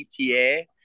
ETA